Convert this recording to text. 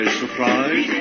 surprise